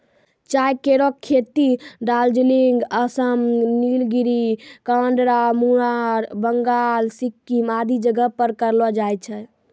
चाय केरो खेती दार्जिलिंग, आसाम, नीलगिरी, कांगड़ा, मुनार, बंगाल, सिक्किम आदि जगह पर करलो जाय छै